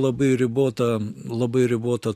labai ribotą labai ribotą